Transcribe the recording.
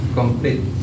complete